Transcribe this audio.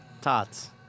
Tots